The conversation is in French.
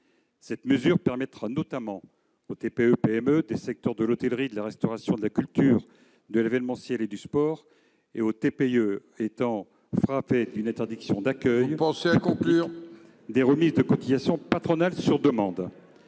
Cette mesure permettra notamment aux TPE-PME des secteurs de l'hôtellerie, de la restauration, de la culture, de l'événementiel et du sport et aux TPE frappées d'une interdiction d'accueil de bénéficier de remises de cotisations patronales sur demande.